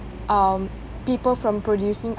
um people from producing